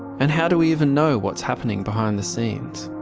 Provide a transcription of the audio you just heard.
and how do we even know what's happening behind the scenes?